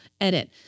Edit